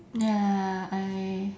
ya I